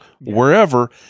wherever